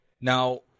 Now